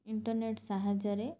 internet ସାହାଯ୍ୟରେ